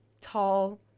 tall